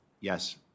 Yes